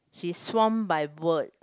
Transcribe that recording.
she's swamped by work